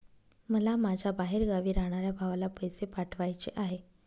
मला माझ्या बाहेरगावी राहणाऱ्या भावाला पैसे पाठवायचे आहे